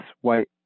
white